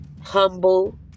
humble